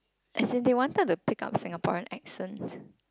as in they wanted to pick up Singaporean accents